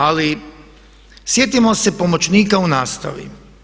Ali sjetimo se pomoćnika u nastavi.